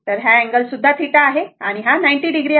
तर हा अँगल सुद्धा θ आहे आणि हा 90 डिग्री आहे